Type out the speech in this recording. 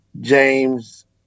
James